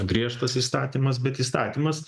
griežtas įstatymas bet įstatymas